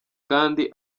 kandi